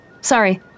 Sorry